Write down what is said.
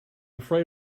afraid